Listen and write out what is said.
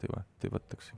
tai va tai va toks